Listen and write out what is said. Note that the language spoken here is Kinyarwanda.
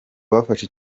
bafashe